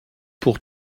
pour